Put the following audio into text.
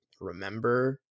remember